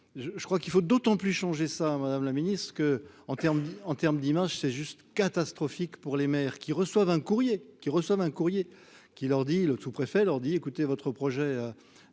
je crois qu'il faut d'autant plus changer ça, Madame la Ministre que en terme en terme dimanche c'est juste catastrophique pour les mères qui reçoivent un courrier qui reçoivent un courrier qui leur dit le sous-préfet, leur dit : écoutez, votre projet